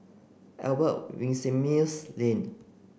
Albert Winsemius Lane